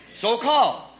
So-called